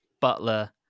Butler